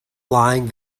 lying